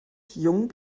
jung